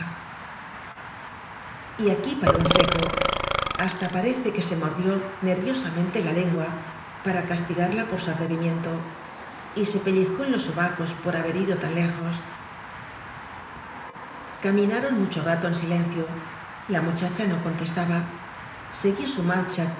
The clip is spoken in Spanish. aquí paró en seco hasta parece que se mordió nerviosamente la lengua para castigarla por su atrevimiento y se pellizcó en los soba cos por haber ido tan lejos a minaron mucho rato en silencio la mu chacha no contestaba seguía su marcha